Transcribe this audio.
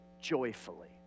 joyfully